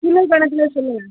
kilo கணக்கில் சொல்லுங்க